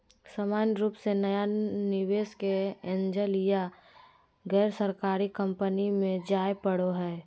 सामान्य रूप से नया निवेशक के एंजल या गैरसरकारी कम्पनी मे जाय पड़ो हय